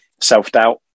self-doubt